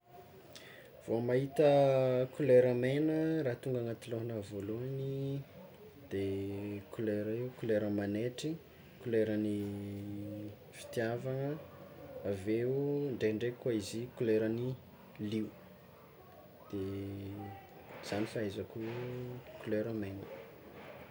Vao mahita kolera mena, raha tonga agnaty lohana voalohany, de kolera io kolera magnaitry koleran'ny fitiavagna, aveo ndraindraiky koa izy io koleran'ny lio de zany fahaizako io kolera mena.